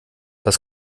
das